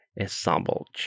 ensemble